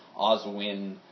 Oswin